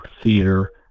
theater